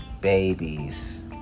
babies